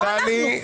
לא אנחנו,